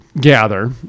gather